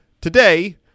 Today